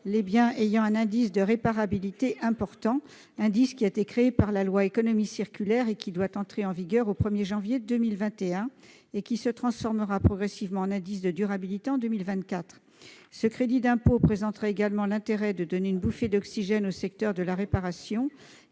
les biens dont l'indice de réparabilité, créé par la loi Économie circulaire et qui doit entrer en vigueur le 1 janvier 2021, est élevé. Cet indice se transformera progressivement en indice de durabilité en 2024. Ce crédit d'impôt présenterait enfin l'intérêt de donner une bouffée d'oxygène au secteur de la réparation,